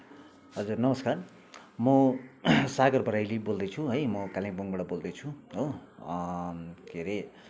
हजुर नमस्कार म सागर बराइली बोल्दैछु है म कालिम्पोङबाट बोल्दैछु हो के अरे